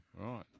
right